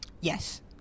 yes